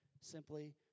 simply